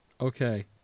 Okay